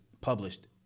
published